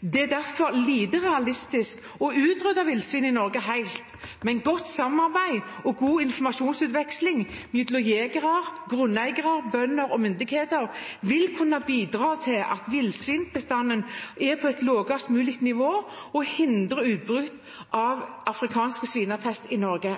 Det er derfor lite realistisk å utrydde villsvin helt, men godt samarbeid og god informasjonsutveksling mellom jegere, grunneiere, bønder og myndigheter vil kunne bidra til at villsvinbestanden er på et lavest mulig nivå, og hindre utbrudd av afrikansk svinepest i Norge.